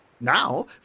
Now